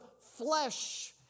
flesh